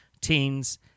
teens